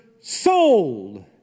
sold